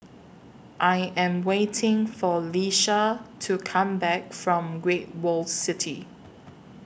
I Am waiting For Leisha to Come Back from Great World City